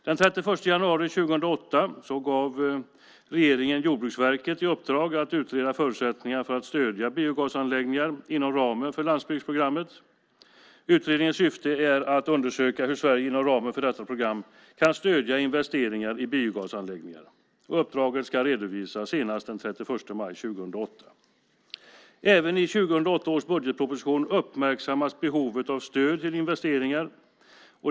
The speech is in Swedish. Den 31 januari 2008 gav regeringen Jordbruksverket i uppdrag att utreda förutsättningar för att stödja biogasanläggningar inom ramen för landsbygdsprogrammet. Utredningens syfte är att undersöka hur Sverige inom ramen för detta program kan stödja investeringar i biogasanläggningar. Uppdraget ska redovisas senast den 31 maj år 2008. Även i 2008 års budgetproposition uppmärksammas behovet av stöd till investeringar.